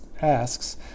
asks